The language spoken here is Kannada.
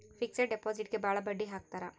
ಫಿಕ್ಸೆಡ್ ಡಿಪಾಸಿಟ್ಗೆ ಭಾಳ ಬಡ್ಡಿ ಹಾಕ್ತರ